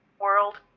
World